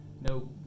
no